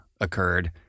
occurred